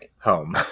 home